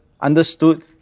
understood